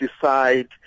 decide